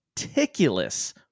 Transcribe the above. meticulous